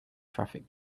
traffic